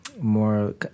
more